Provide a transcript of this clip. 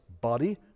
body